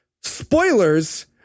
Spoilers